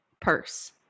purse